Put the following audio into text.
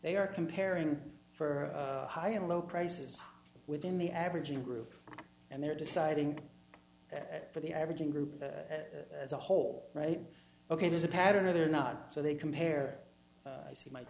they are comparing for high and low prices within the average in a group and they're deciding that for the average in group as a whole right ok there's a pattern or they're not so they compare i see my